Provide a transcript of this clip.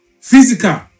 physical